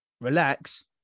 relax